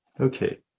Okay